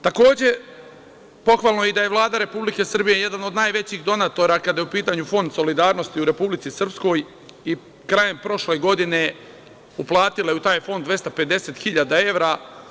Takođe, pohvalno je i da je Vlada Republike Srbije jedna od najvećih donatora kada je u pitanju fond solidarnosti u Republici Srpskoj i krajem prošle godine uplatila je u taj fond 250 hiljada evra.